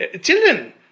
Children